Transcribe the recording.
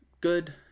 good